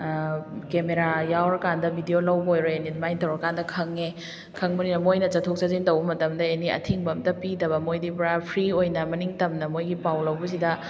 camera ꯌꯥꯎꯔꯀꯥꯟꯗ video ꯂꯧꯕ ꯑꯣꯏꯔꯣ ꯑꯦꯅꯤ ꯑꯗꯨꯃꯥꯏꯅ ꯇꯧꯔꯀꯥꯟꯗ ꯈꯪꯉꯦ ꯈꯪꯕꯅꯤꯅ ꯃꯣꯏꯅ ꯆꯠꯊꯣꯛ ꯆꯠꯁꯤꯟ ꯇꯧꯕ ꯃꯇꯝꯗ ꯑꯦꯅꯤ ꯑꯊꯤꯡꯕ ꯑꯝꯇ ꯄꯤꯗꯕ ꯃꯣꯏꯗꯤ ꯄꯨꯔꯥ ꯐ꯭ꯔꯤ ꯑꯣꯏꯅ ꯃꯃꯤꯡ ꯇꯝꯅ ꯃꯣꯏꯗꯤ ꯄꯥꯎ ꯂꯧꯕꯁꯤꯗ